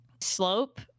slope